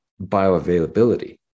bioavailability